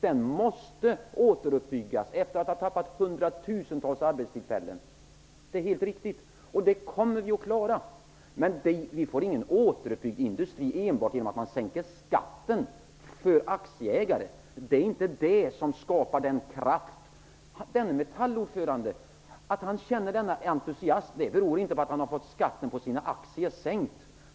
Den måste återuppbyggas efter att ha tappat hundratusentals arbetstillfällen; det är helt riktigt. Det kommer vi att klara. Men man får inte någon återuppbyggd industri enbart genom att sänka skatten för aktieägare. Det skapar inte en sådan kraft. Att Metalls ordförande känner en sådan entusiasm beror inte på att han har fått skatten på sina aktier sänkt.